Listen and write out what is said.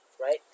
Right